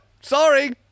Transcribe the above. Sorry